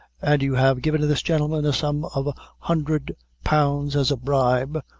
and you have given this gentleman the sum of a hundred pounds, as a bribe,